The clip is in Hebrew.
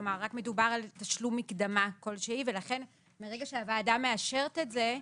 כלומר רק מדובר על תשלום מקדמה כלשהי ולכן מרגע שהוועדה מאשרת את זה,